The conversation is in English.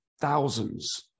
thousands